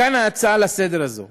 מכאן ההצעה לסדר-היום הזאת.